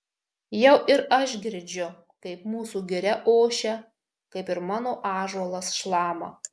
jau ir aš girdžiu kaip mūsų giria ošia kaip ir mano ąžuolas šlama